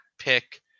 Pick